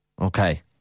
Okay